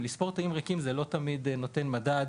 לספור תאים ריקים זה לא תמיד נותן מדד